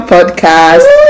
Podcast